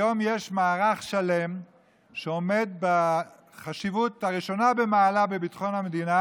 היום יש מערך שלם שעומד בחשיבות הראשונה במעלה לביטחון המדינה,